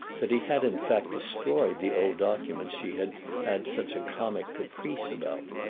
that he had in fact destroyed the old documents she had had such a comic caprice about.